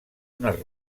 unes